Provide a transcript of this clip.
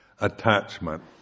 attachment